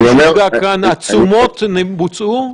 כפי שנאמר כאן, התשומות בוצעו?